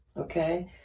Okay